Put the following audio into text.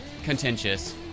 Contentious